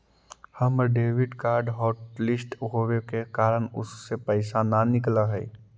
हमर debit card hotlist होवे के कारण उससे पैसे न निकलई हे